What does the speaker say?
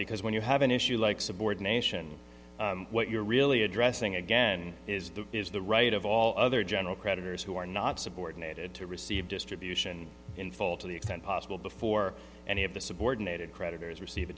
because when you have an issue like subordination what you're really addressing again is the is the right of all other general creditors who are not subordinated to receive distribution in full to the extent possible before any of the subordinated creditors receive